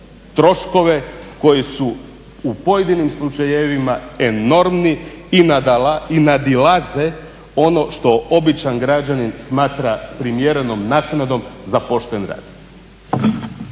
troškove koji su u pojedinim slučajevima enormni i nadilaze ono što običan građanin smatra primjerenom naknadom za pošten rad.